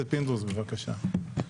בבקשה.